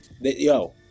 Yo